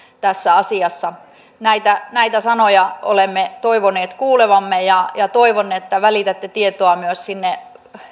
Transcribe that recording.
tässä asiassa näitä näitä sanoja olemme toivoneet kuulevamme ja toivon että välitätte tietoa myös sinne